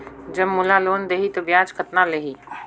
जब मोला लोन देही तो ब्याज कतना लेही?